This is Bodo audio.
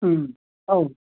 उम औ